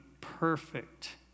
perfect